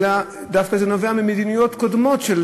אלא היא דווקא נובעת ממדיניות קודמת,